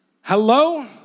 Hello